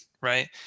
right